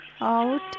out